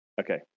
okay